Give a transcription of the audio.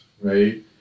right